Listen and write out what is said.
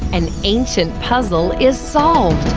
an ancient puzzle is solved.